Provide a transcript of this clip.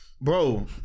Bro